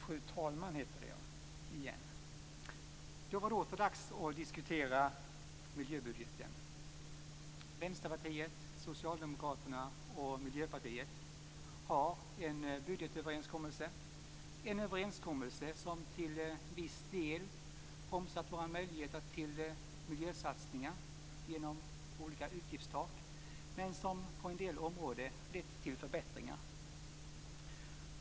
Fru talman! Det är nu åter dags att diskutera miljöbudgeten. Vänsterpartiet, Socialdemokraterna och Miljöpartiet har träffat en budgetöverenskommelse som genom olika utgiftstak till viss del bromsat våra möjligheter till miljösatsningar men som på en del områden lett till förbättringar.